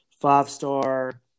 five-star